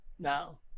now